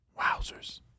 Wowzers